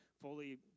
fully